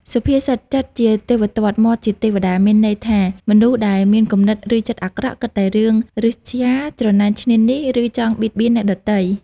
សុភាសិត "ចិត្តជាទេវទត្ត មាត់ជាទេវតា" មានន័យថា មនុស្សដែលមានគំនិត ឬចិត្តអាក្រក់ គិតតែរឿងឫស្យា ច្រណែនឈ្នានីស ឬចង់បៀតបៀនអ្នកដទៃ។